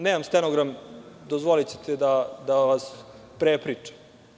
Nemam stenogram, dozvolićete da vas prepričam.